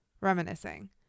Reminiscing